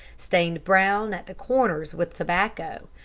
stained brown at the corners with tobacco,